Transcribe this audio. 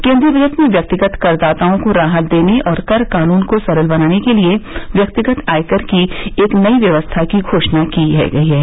केन्द्रीय बजट में व्यक्तिगत करदाताओं को राहत देने और कर कानून को सरल बनाने के लिए व्यक्तिगत आयकर की एक नई व्यवस्था की घोषणा की गई है